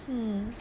mm